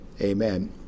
amen